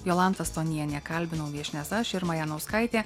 jolanta stonienė kalbinau viešnias aš irma janauskaitė